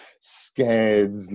scared